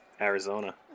Arizona